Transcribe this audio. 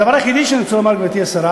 הדבר היחידי שאני רוצה לומר, גברתי השרה,